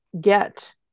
get